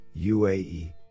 UAE